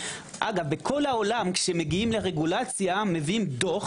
אגב בכל העולם כשמגיעים לרגולציה מביאים דוח